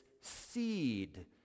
seed